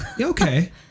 Okay